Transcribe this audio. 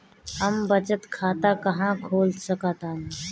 हम बचत खाता कहां खोल सकतानी?